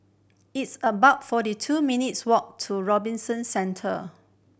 it's about forty two minutes' walk to Robinson Centre